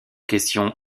questions